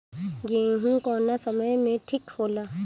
गेहू कौना समय मे ठिक होला?